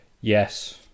Yes